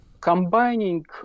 combining